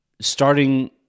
starting